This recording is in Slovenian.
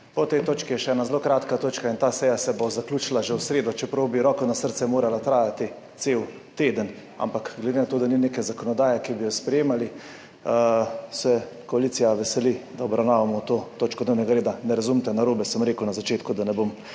Po tej točki je še ena zelo kratka točka in ta seja se bo zaključila že v sredo, čeprav bi, roko na srce, morala trajati cel teden. Ampak glede na to, da ni neke zakonodaje, ki bi jo sprejemali, se koalicija veseli, da obravnavamo to točko dnevnega reda. Ne razumite narobe, sem rekel na začetku, da ne bom